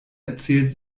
erzählt